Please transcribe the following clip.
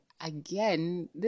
again